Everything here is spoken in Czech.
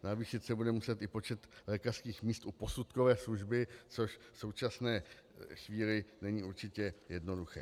Navýšit se bude muset i počet lékařských míst u posudkové služby, což v současné chvíli není určitě jednoduché.